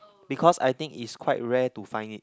because I think is quite rare to find it